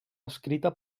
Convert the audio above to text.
escrita